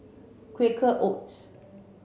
Quaker Oats